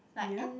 dear